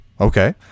okay